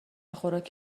خوراک